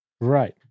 Right